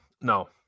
no